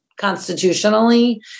constitutionally